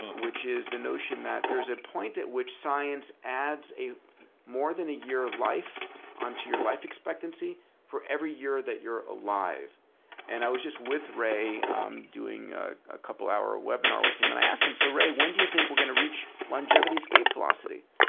which is the notion that there's a point at which science adds more than a year life onto your life expectancy for every year that you're alive and i was just with ray doing a couple hour webinar with him and i asked him, so ray, when do you think we're going to reach longevity escape velocity?